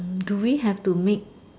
do we have to make